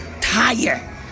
Tire